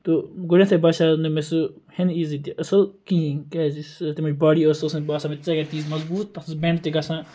تہٕ گۄڈنیٚتھٕے باسیو نہٕ مےٚ سُہ ہیٚنہِ یِزِ تہِ اصل کِہیٖنۍ کیازِ یۄس تمِچ باڈی تہِ ٲس سۄ ٲس نہٕ مےٚ باسان ژےٚ ییٖژ مَضبوٗط تتھ ٲس بیٚنڈ تہِ گَژھان